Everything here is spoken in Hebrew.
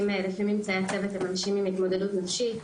לפי ממצאי הצוות הם אנשים עם התמודדות נפשית.